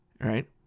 right